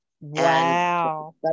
Wow